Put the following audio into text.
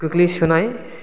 गोग्लैसोनाय